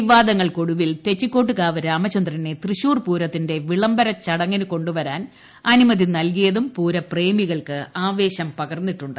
വിപ്പാദങ്ങൾക്ക് ഒടുവിൽ തെച്ചിക്കോട്ടുകാവ് രാമ ചന്ദ്രനെ തൃശ്ശൂർ പൂരത്തിലുന്നു വിളംബര ചടങ്ങിന് കൊണ്ടുവരാൻ അനുമതി നൽകിയതും പൂരപ്രേമികൾക്ക് ആവേശം പകർന്നിട്ടുണ്ട്